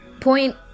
point